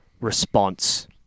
response